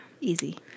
Easy